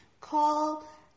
call